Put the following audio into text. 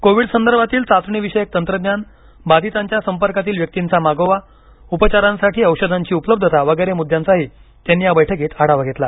Covid संदर्भातील चाचणी विषयक तंत्रज्ञान बाधितांच्या संपर्कातील व्यक्तींचा मागोवा उपचारांसाठी औषधांची उपलब्धता वगैरे मुद्द्यांचाही त्यांनी या बैठकीत आढावा घेतला